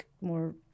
more